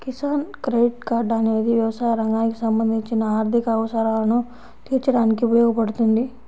Kisan credit card అనేది వ్యవసాయ రంగానికి సంబంధించిన ఆర్థిక అవసరాలను తీర్చడానికి ఉపయోగపడుతుంది